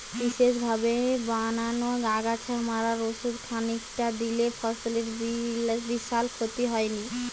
বিশেষভাবে বানানা আগাছা মারার ওষুধ খানিকটা দিলে ফসলের বিশাল ক্ষতি হয়নি